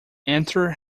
enter